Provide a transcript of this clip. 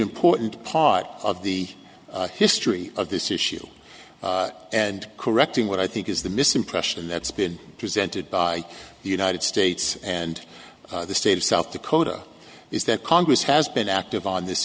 important part of the history of this issue and correcting what i think is the misimpression that's been presented by the united states and the state of south dakota is that congress has been active on this